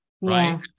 right